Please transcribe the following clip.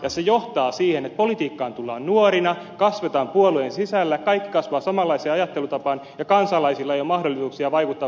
se johtaa siihen että politiikkaan tullaan nuorina kasvetaan puolueen sisällä kaikki kasvavat samanlaiseen ajattelutapaan ja kansalaisilla ei ole mahdollisuuksia vaikuttaa puolueen kehitykseen